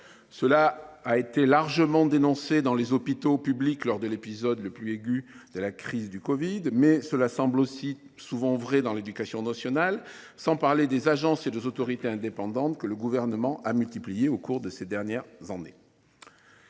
avait été largement dénoncé dans les hôpitaux publics durant l’épisode le plus aigu de la crise de la covid 19, mais il semble également souvent valable dans l’éducation nationale, sans parler des agences et des autorités indépendantes que le Gouvernement a multipliées au cours de ces dernières années.